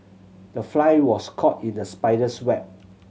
the fly was caught in the spider's web